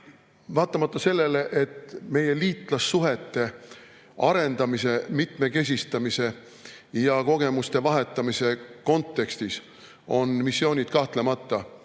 vaatamata sellele, et meie liitlassuhete arendamise, mitmekesistamise ja kogemuste vahetamise kontekstis on missioonid kahtlemata